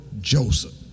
Joseph